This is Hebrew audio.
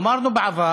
אמרנו בעבר